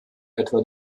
etwa